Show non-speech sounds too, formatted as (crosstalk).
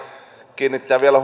kiinnittää vielä (unintelligible)